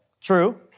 true